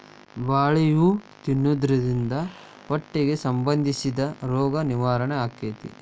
ಬಾಳೆ ಹೂ ತಿನ್ನುದ್ರಿಂದ ಹೊಟ್ಟಿಗೆ ಸಂಬಂಧಿಸಿದ ರೋಗ ನಿವಾರಣೆ ಅಕೈತಿ